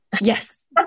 Yes